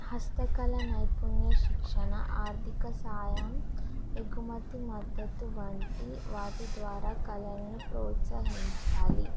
హస్తకళ నైపుణ్య శిక్షణ ఆర్థిక సాయం ఎగుమతి మద్దతు వంటి వాటి ద్వారా కళలను ప్రోత్సహించాలి